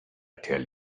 tell